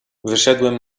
wyszedłem